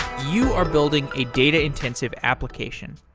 you are building a data-intensive application.